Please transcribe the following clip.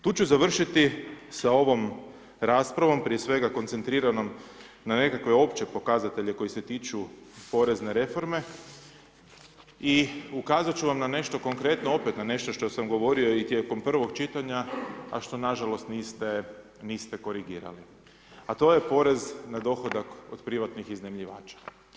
Tu ću završiti sa ovom raspravom prije svega koncentriranom na nekakve opće pokazatelje koji se tiču porezne reforme i ukazat ću vam na nešto konkretno, opet na nešto što sam govorio i tijekom prvog čitanja a što nažalost niste korigirali a to je porez na dohodak kod privatnih iznajmljivača.